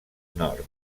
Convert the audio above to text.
nord